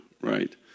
right